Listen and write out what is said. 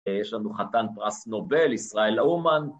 יש לנו חתן פרס נובל, ישראל אומן